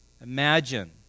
imagine